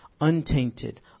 untainted